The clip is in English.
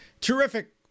Terrific